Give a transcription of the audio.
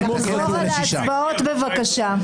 לחזור על ההצבעות, בבקשה.